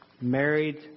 married